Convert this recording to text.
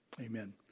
Amen